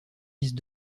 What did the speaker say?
liste